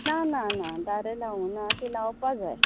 ना ना ना दारां लावूं ना ते लावपा जाय